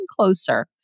closer